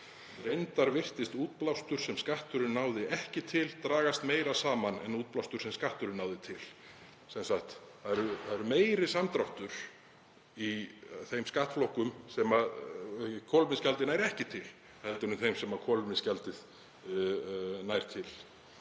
„Reyndar virtist útblástur sem skatturinn náði ekki til dragast meira saman en útblástur sem skatturinn náði til.“ Það er sem sagt meiri samdráttur í þeim skattflokkum sem kolefnisgjaldið nær ekki til heldur en þeim sem kolefnisgjaldið nær til.